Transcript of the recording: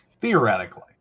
Theoretically